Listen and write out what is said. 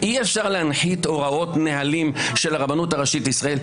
אי-אפשר להנחית הוראות ונהלים של הרבנות הראשית לישראל.